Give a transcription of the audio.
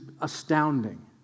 astounding